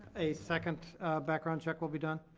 a second background check will be done?